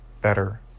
better